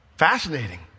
fascinating